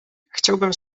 chciałbym